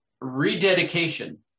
rededication